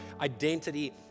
identity